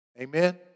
Amen